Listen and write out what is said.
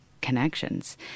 connections